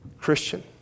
Christian